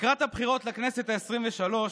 לקראת הבחירות לכנסת העשרים-ושלוש